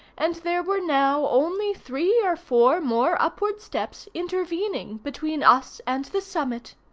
and there were now only three or four more upward steps intervening between us and the summit.